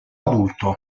adulto